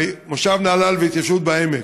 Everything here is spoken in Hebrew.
המושב נהלל וההתיישבות בעמק.